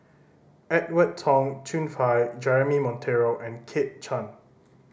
Edwin Tong Chun Fai Jeremy Monteiro and Kit Chan